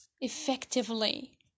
effectively